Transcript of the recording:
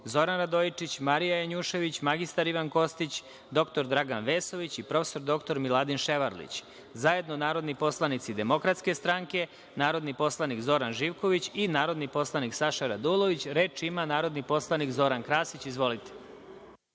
Zoran Radojičić, Marija Janjušević, mr Ivan Kostić, dr Dragan Vesović i prof. dr Miladin Ševarlić, zajedno narodni poslanici DS, narodni poslanik Zoran Živković i narodni poslanik Saša Radulović. Reč ima narodni poslanik Zoran Krasić. Izvolite.